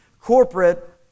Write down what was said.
corporate